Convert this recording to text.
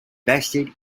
vested